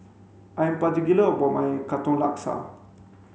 I'm particular about my katong laksa